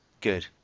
Good